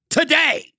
today